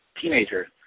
teenager